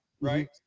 right